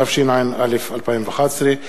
התשע"א 2011,